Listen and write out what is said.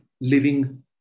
living